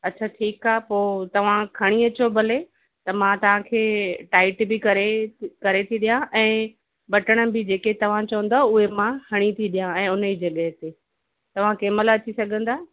अच्छा ठीक आहे पोइ तव्हां खणी अचो भले त मां तव्हां खे टाइट बि करे करे थी ॾियां ऐं बटण बि जेके तव्हां चवंदव उहे मां हणी थी ॾियां ऐं उन ई जॻहि ते तव्हां कंहिं महिल अची सघंदा